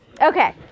Okay